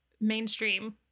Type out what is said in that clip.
mainstream